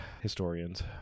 historians